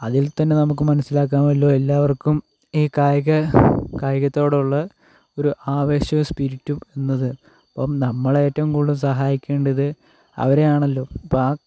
അതിൽ തന്നെ നമുക്ക് മനസ്സിലാക്കാമല്ലോ എല്ലാവർക്കും ഈ കായിക കായികത്തോടുള്ള ഒരു ആവേശവും സ്പിരിറ്റും എന്നത് അപ്പം നമ്മൾ ഏറ്റവും കൂടുതൽ സഹായിക്കേണ്ടത് അവരെയാണല്ലോ അപ്പോൾ ആ